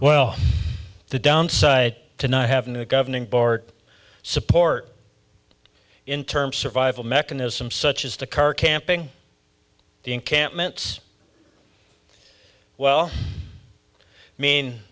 well the downside to not having a governing bart support in term survival mechanism such as the car camping the encampments well i mean